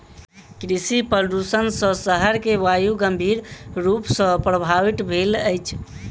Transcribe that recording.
कृषि प्रदुषण सॅ शहर के वायु गंभीर रूप सॅ प्रभवित भेल अछि